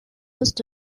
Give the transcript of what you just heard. most